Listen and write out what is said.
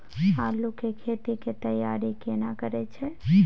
आलू के खेती के तैयारी केना करै छै?